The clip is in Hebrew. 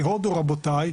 כי הודו רבותי,